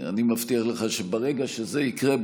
אני מבטיח לך שברגע שזה יקרה,